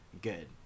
good